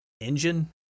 engine